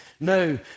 No